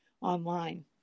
online